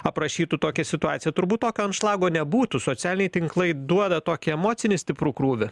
aprašytų tokią situaciją turbūt tokio anšlago nebūtų socialiniai tinklai duoda tokį emocinį stiprų krūvį